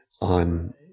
on